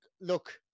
Look